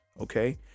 okay